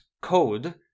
code